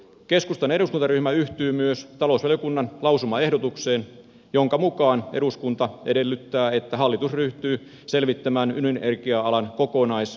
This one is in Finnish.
keskustan eduskuntaryhmä yhtyy myös talousvaliokunnan lausumaehdotukseen jonka mukaan eduskunta edellyttää että hallitus ryhtyy selvittämään ydinenergialain kokonaisuudistustarpeita